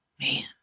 man